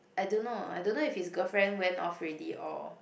I don't know I don't know if his girlfriend went off already or